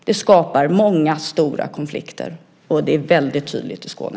Den skapar många stora konflikter, och det är väldigt tydligt i Skåne.